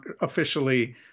officially